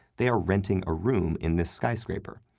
they are renting a room in this skyscraper,